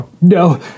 no